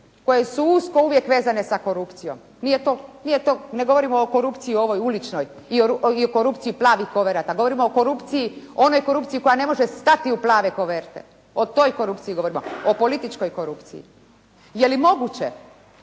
koje su usko uvijek vezane sa korupcijom. Ne govorimo o korupciji, ovoj uličnoj i o korupciji plavih koverata, govorimo o onoj korupciji koja ne može stati u plave koverte, o toj korupciji govorimo, o političkoj korupciji. Je li moguće